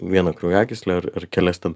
vieną kraujagyslę ar ar kelias ten